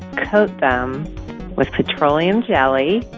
coat them with petroleum jelly,